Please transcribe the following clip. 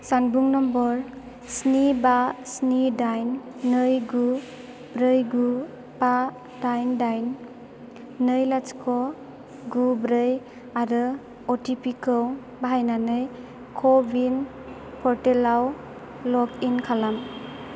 जानबुं नम्बर स्नि बा स्नि दाइन नै गु ब्रै गु बा दाइन दाइन नै लाथिख' गु ब्रै आरो अटिपि खौ बाहायनानै क'विन पर्टेलाव लगइन खालाम